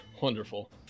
Wonderful